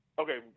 Okay